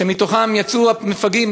שמתוכם יצאו המפגעים,